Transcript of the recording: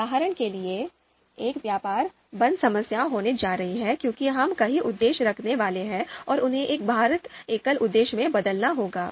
उदाहरण के लिए एक व्यापार बंद समस्या होने जा रही है क्योंकि हम कई उद्देश्य रखने वाले हैं और उन्हें एक भारित एकल उद्देश्य में बदलना होगा